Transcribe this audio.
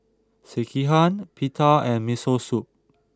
Sekihan Pita and Miso Soup